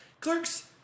Clerks